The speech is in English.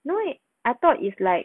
no wait I thought is like